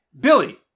Billy